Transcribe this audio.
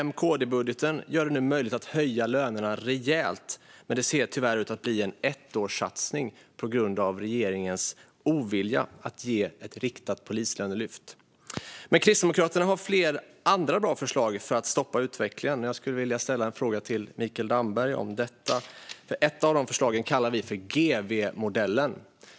M-KD-budgeten gör det nu möjligt att höja lönerna rejält, men det ser tyvärr ut att bli en ettårssatsning på grund av regeringens ovilja att göra ett riktat polislönelyft. Men Kristdemokraterna har flera andra bra förslag för att stoppa utvecklingen. Jag skulle vilja ställa en fråga till Mikael Damberg om ett av dessa. Vi kallar det GW-modellen.